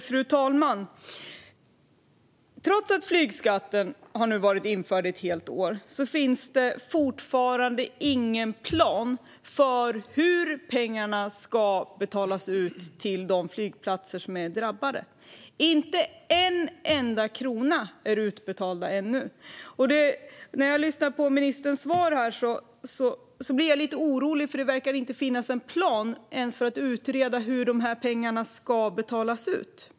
Fru talman! Trots att det nu har gått ett helt år sedan flygskatten infördes finns det fortfarande ingen plan för hur pengarna ska betalas ut till de flygplatser som är drabbade. Inte en enda krona är utbetald ännu. Och när jag lyssnar på ministerns svar blir jag lite orolig, för det verkar inte ens finnas någon plan för att utreda hur pengarna ska betalas ut.